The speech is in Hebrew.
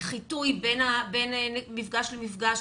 חיטוי בין מפגש למפגש,